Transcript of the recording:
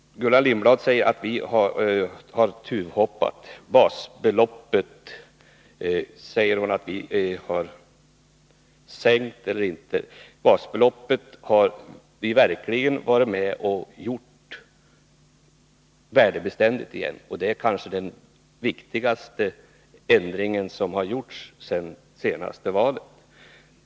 Gullan Lindblad säger att vi har tuvhoppat när det gäller sänkning eller inte sänkning av basbeloppet. Vi har gjort basbeloppet värdebeständigt igen, och det är kanske den viktigaste ändring som har gjorts sedan det senaste valet.